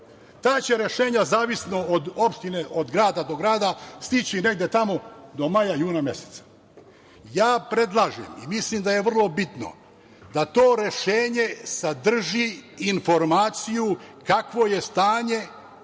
Ta će rešenja zavisno od opštine, od grada do grada stići negde tamo do maja, juna meseca. Predlažem i mislim da je vrlo bitno da to rešenje sadrži informaciju kakvo je stanje